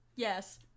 Yes